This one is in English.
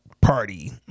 party